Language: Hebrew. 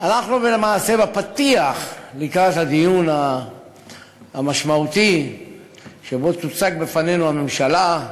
אנחנו למעשה בפתיח לקראת הדיון המשמעותי שבו תוצג בפנינו הממשלה,